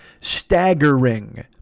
staggering